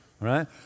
right